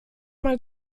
mal